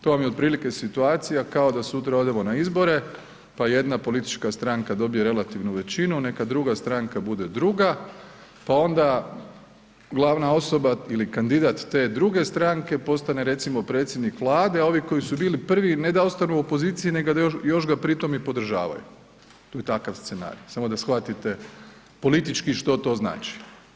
To vam je otprilike situacija kao da sutra odemo na izbore, pa jedna politička stranka dobije relativnu većinu, neka druga stranka bude druga, pa onda glavna osoba ili kandidat te druge stranke postane recimo predsjednik Vlade, a ovi koji su bili prvi, ne da ostanu u opoziciji, nego da još ga pri tom i podržavaju, to je takav scenarij, samo da shvatite politički što to znači.